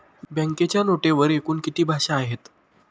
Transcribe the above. बँकेच्या नोटेवर एकूण किती भाषा आहेत?